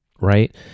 right